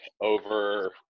over